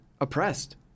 oppressed